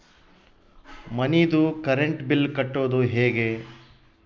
ಮನಿದು current bill ಕಟ್ಟೊದು ಹೇಗೆ?